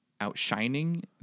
outshining